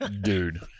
dude